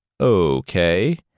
Okay